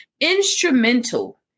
instrumental